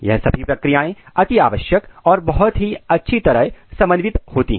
यह सभी प्रक्रियाएं अति आवश्यक और बहुत ही अच्छी तरह समन्वित होती हैं